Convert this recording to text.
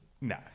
No